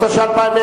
התש"ע 2010,